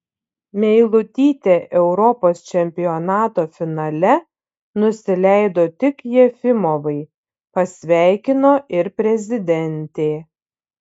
meilutytė europos čempionato finale nusileido tik jefimovai pasveikino ir prezidentė